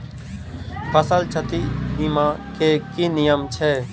फसल क्षति बीमा केँ की नियम छै?